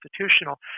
constitutional